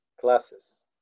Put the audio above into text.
classes